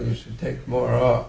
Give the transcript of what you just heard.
you should take more off